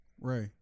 right